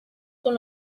con